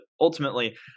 ultimately